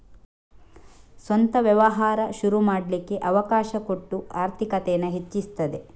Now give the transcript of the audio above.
ಸ್ವಂತ ವ್ಯವಹಾರ ಶುರು ಮಾಡ್ಲಿಕ್ಕೆ ಅವಕಾಶ ಕೊಟ್ಟು ಆರ್ಥಿಕತೇನ ಹೆಚ್ಚಿಸ್ತದೆ